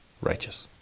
Righteous